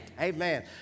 Amen